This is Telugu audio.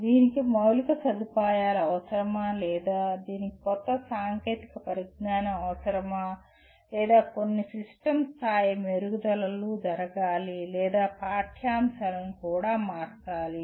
దీనికి మౌలిక సదుపాయాలు అవసరమా లేదా దీనికి కొత్త సాంకేతిక పరిజ్ఞానం అవసరమా లేదా కొన్ని సిస్టమ్ స్థాయి మెరుగుదలలు జరగాలి లేదా పాఠ్యాంశాలను కూడా మార్చాలి